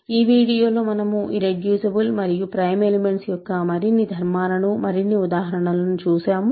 ఈ వీడియోలో మనము ఇర్రెడ్యూసిబుల్ మరియు ప్రైమ్ ఎలిమెంట్స్ యొక్క మరిన్ని ధర్మాలను మరిన్ని ఉదాహరణలను చూశాము